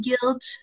guilt